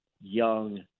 young